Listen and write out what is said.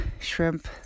shrimp